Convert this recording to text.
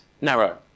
narrow